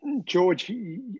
George